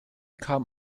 kam